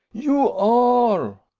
you are,